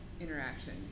interaction